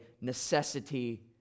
necessity